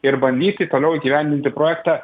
ir bandyti toliau įgyvendinti projektą